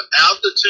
altitude